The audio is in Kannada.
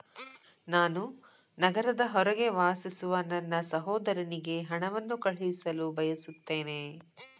ನಾನು ನಗರದ ಹೊರಗೆ ವಾಸಿಸುವ ನನ್ನ ಸಹೋದರನಿಗೆ ಹಣವನ್ನು ಕಳುಹಿಸಲು ಬಯಸುತ್ತೇನೆ